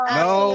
no